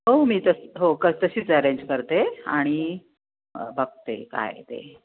हो मी तसं हो क तशीच ॲरेंज करते आणि बघते काय ते